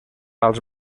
als